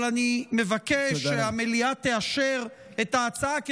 אבל אני מבקש שהמליאה תאשר את ההצעה,